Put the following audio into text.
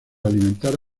alimentar